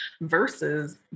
versus